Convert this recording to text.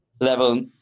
level